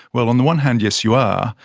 well, on the one hand, yes you are.